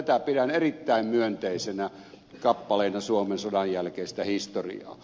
tätä pidän erittäin myönteisenä kappaleena suomen sodan jälkeistä historiaa